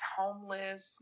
homeless